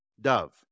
Dove